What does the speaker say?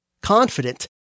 Confident